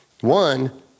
one